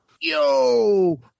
yo